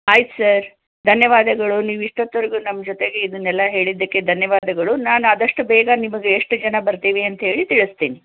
ಆಯಿತು ಸರ್ ಧನ್ಯವಾದಗಳು ನೀವು ಇಷ್ಟೊತ್ವರ್ಗೂ ನಮ್ಮ ಜೊತೆಗೆ ಇದನ್ನೆಲ್ಲ ಹೇಳಿದ್ದಕ್ಕೆ ಧನ್ಯವಾದಗಳು ನಾನು ಆದಷ್ಟು ಬೇಗ ನಿಮಗೆ ಎಷ್ಟು ಜನ ಬರ್ತೀವಿ ಅಂತ ಹೇಳಿ ತಿಳಿಸ್ತೀನಿ